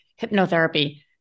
hypnotherapy